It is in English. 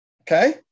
okay